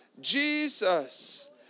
Jesus